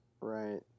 right